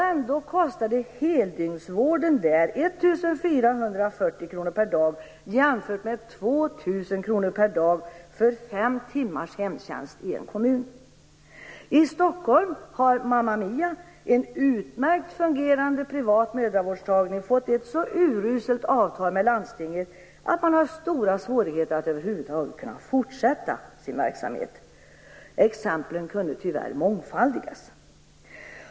Ändå kostade heldygnsvården där I Stockholm har Mama Mia - en utmärkt fungerande privat mödravårdsmottagning - fått ett så uruselt avtal med landstinget att man har stora svårigheter att över huvud taget kunna fortsätta sin verksamhet. Exemplen kan tyvärr mångfaldigas.